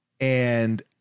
and-